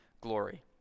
glory